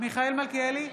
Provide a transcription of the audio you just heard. מיכאל מלכיאלי,